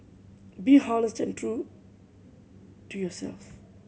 be honest and true to yourself